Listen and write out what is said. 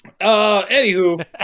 anywho